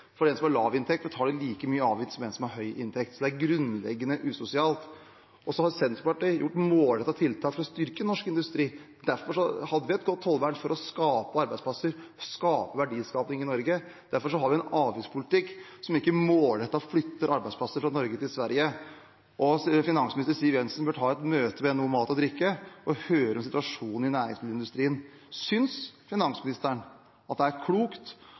for den som har lav inntekt, betaler like mye avgift som en som har høy inntekt, så det er grunnleggende usosialt. Så har Senterpartiet gjort målrettede tiltak for å styrke norsk industri. Derfor hadde vi et godt tollvern – for å skape arbeidsplasser, for å få til verdiskaping i Norge. Derfor har vi en avgiftspolitikk som ikke målrettet flytter arbeidsplasser fra Norge til Sverige. Finansminister Siv Jensen bør ta et møte med NHO Mat og Drikke og få høre om situasjonen i næringsmiddelindustrien. Synes finansministeren at det er klokt